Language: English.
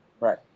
Right